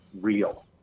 real